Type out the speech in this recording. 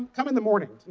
come in the morning,